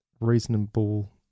Reasonable